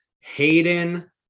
Hayden